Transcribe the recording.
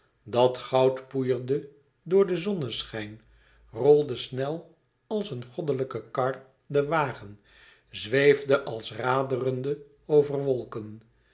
dat goud poeierde door den zonneschijn rolde snel als een goddelijke kar de wagen zweefde als raderende over wolken